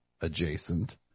adjacent